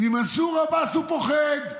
ממנסור עבאס הוא פוחד.